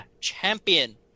champion